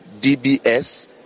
DBS